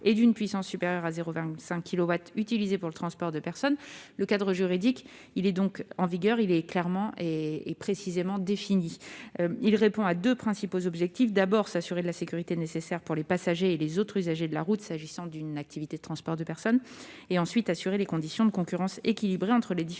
et d'une puissance supérieure à 0,25 kilowatt utilisés pour le transport de personnes. Le cadre juridique en vigueur est donc défini et précis. Il répond à deux principaux objectifs : d'une part, assurer la sécurité nécessaire pour les passagers et les autres usagers de la route s'agissant d'une activité de transport de personnes ; d'autre part, garantir des conditions de concurrence équilibrées entre les différents